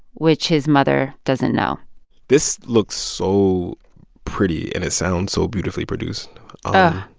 which his mother doesn't know this looks so pretty, and it sounds so beautifully produced oh,